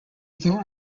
other